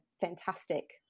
fantastic